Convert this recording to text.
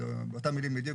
באותן מילים בדיוק,